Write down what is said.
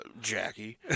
Jackie